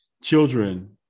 Children